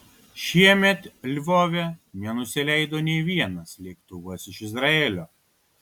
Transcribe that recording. šiemet lvove nenusileido nė vienas lėktuvas iš izraelio